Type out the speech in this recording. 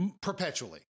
perpetually